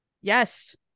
Yes